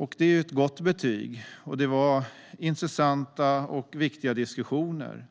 och det är ett gott betyg. Där fördes intressanta och viktiga diskussioner.